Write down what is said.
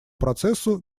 процессу